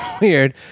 weird